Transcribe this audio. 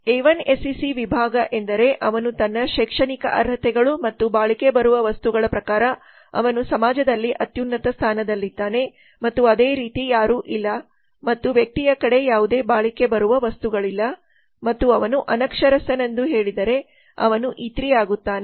A 1 SEC ವಿಭಾಗ ಎಂದರೆ ಅವನು ತನ್ನ ಶೈಕ್ಷಣಿಕ ಅರ್ಹತೆಗಳು ಮತ್ತು ಬಾಳಿಕೆ ಬರುವ ವಸ್ತುಗಳ ಪ್ರಕಾರ ಅವನು ಸಮಾಜದಲ್ಲಿ ಅತ್ಯುನ್ನತ ಸ್ಥಾನದಲ್ಲಿದ್ದಾನೆ ಮತ್ತು ಅದೇ ರೀತಿ ಯಾರೂ ಇಲ್ಲ ಮತ್ತು ವ್ಯಕ್ತಿಯ ಕಡೆ ಯಾವುದೇ ಬಾಳಿಕೆ ಬರುವ ವಸ್ತುಗಳಿಲ್ಲ ಮತ್ತು ಅವನು ಅನಕ್ಷರಸ್ಥನೆಂದು ಹೇಳಿದರೆ ಅವನು ಇ 3 ಆಗುತ್ತಾನೆ